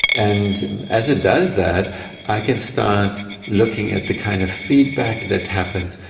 and as it does that i can start looking at the kind of feedback that happens,